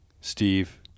Steve